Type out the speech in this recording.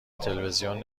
تلویزیون